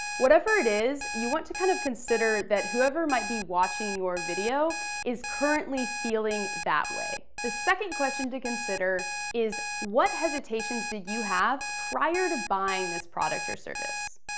whatever it is, you want to kind of consider that whoever might be watching your video is currently feeling that way. the second question to consider is what hesitations did you have prior to buying this product or service?